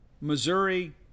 Missouri